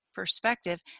perspective